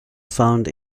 found